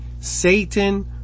Satan